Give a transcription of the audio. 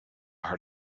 heart